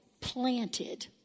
planted